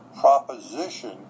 proposition